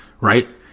right